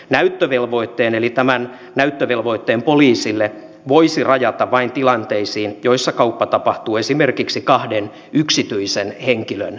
näyttövelvoitteen eli tämän näyttövelvoitteen poliisille voisi rajata vain tilanteisiin joissa kauppa tapahtuu esimerkiksi kahden yksityisen henkilön välillä